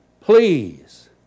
please